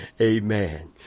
Amen